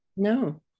No